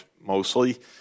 mostly